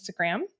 Instagram